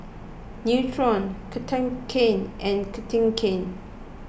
Nutren Cartigain and Cartigain